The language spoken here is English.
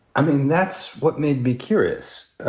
i mean, that's what made me curious.